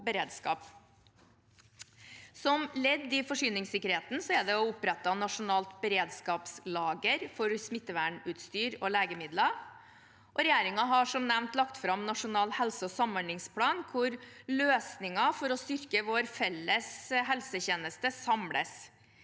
Som ledd i forsyningssikkerheten er det også opprettet nasjonalt beredskapslager for smittevernutstyr og legemidler. Regjeringen har som nevnt lagt fram Nasjonal helse- og samhandlingsplan, hvor løsninger for å styrke vår felles helsetjeneste samles.